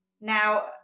Now